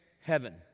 heaven